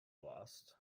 lost